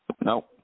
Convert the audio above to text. No